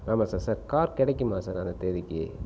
ஆமாம் sir sir car கிடைக்குமா sir அந்த தேதிக்கு